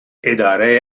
اداره